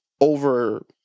over